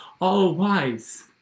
all-wise